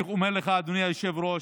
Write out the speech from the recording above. אני אומר לך, אדוני היושב-ראש,